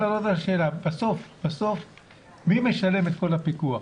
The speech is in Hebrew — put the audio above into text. בסוף מי משלם עבור כל הפיקוח?